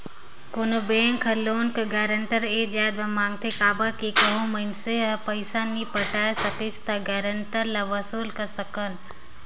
कोनो बेंक हर लोन कर गारंटर ए जाएत बर मांगथे काबर कि कहों मइनसे हर पइसा नी पटाए सकिस ता गारंटर ले वसूल कर सकन